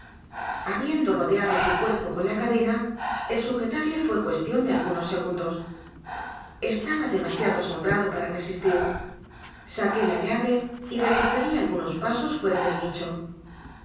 habiendo rodeado su cuerpo con la cadena el sujetarle fué cuestión de algunos segundos estaba demasiado asombrado para resistir saqué la llave y retrocedí algunos pasos fuera del nicho